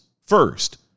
First